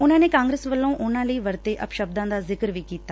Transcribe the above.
ਉਨੂਾ ਨੇ ਕਾਂਗਰਸ ਵੱਲੋਂ ਉਨੂਾ ਲਈ ਵਰਤੇ ਅਪਸ਼ਬਦਾਂ ਦਾ ਸ਼ਿਕਰ ਵੀ ਕੀਤਾ